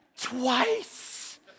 Twice